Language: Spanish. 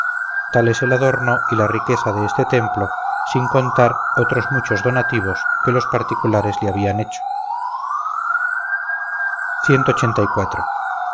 tal es el adorno y la riqueza de este templo sin contar otros muchos donativos que los particulares le habían hecho